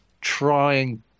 trying